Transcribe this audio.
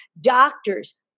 Doctors